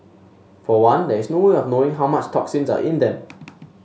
for one there is no way of knowing how much toxins are in them